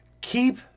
Keep